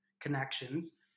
connections